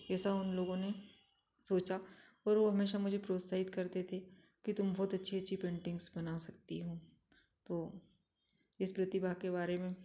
ये सब हम लोगों ने सोचा पर वो हमेशा मुझे प्रोत्साहित करते थे कि तुम बहुत अच्छी अच्छी पेंटिंग्स बना सकती हो तो इस प्रतिभा के बारे में